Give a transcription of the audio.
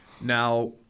Now